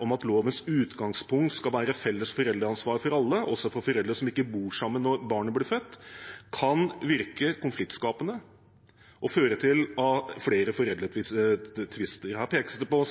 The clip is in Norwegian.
om at lovens utgangspunkt skal være felles foreldreansvar for alle, også for foreldre som ikke bor sammen når barnet blir født, kan virke konfliktskapende og føre til flere foreldretvister. Her pekes det på